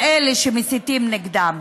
של אלה שמסיתים נגדם.